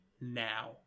now